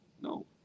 No